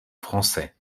français